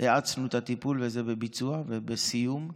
האצנו את הטיפול, וזה בביצוע ובסיום.